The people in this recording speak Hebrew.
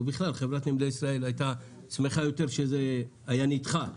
ובכלל חברת נמלי ישראל הייתה שמחה יותר אם זה היה נדחה,